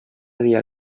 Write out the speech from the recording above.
dia